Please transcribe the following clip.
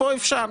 כאן אפשר.